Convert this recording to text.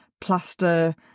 plaster